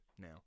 now